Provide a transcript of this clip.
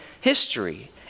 history